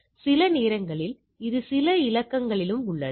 சில நேரங்களில் இது சில இலக்கியங்களிலும் உள்ளது